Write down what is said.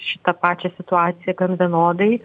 šitą pačią situaciją gan vienodai